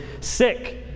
sick